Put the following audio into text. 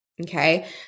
Okay